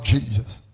Jesus